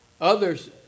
Others